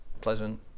pleasant